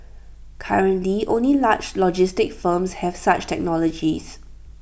currently only large logistics firms have such technologies